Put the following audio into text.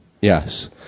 Yes